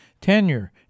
tenure